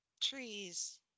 trees